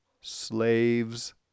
slaves